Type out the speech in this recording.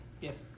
yes